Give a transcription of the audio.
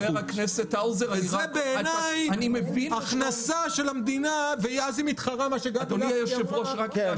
זה בעיניי הכנסה של המדינה ואז היא מתחרה בעסקים אחרים,